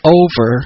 over